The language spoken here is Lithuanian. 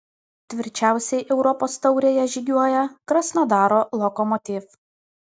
tvirčiausiai europos taurėje žygiuoja krasnodaro lokomotiv